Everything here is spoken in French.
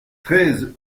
treize